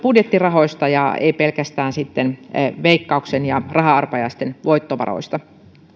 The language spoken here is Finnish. budjettirahoista ei pelkästään veikkauksen ja raha arpajaisten voittovaroista